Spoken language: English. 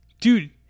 Dude